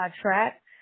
track